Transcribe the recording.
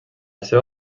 seva